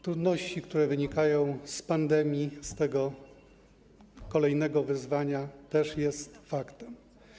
Trudności, które wynikają z pandemii, z tego kolejnego wyzwania, też są faktem.